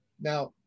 Now